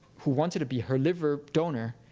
who wanted to be her liver donor,